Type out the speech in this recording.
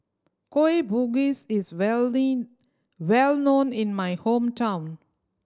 Kueh Bugis is well known in my hometown